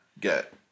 get